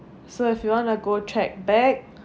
so if you want to go track back